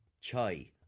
Chai